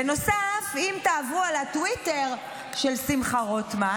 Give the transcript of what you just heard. בנוסף, אם תעברו על הטוויטר של שמחה רוטמן,